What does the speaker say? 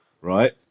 right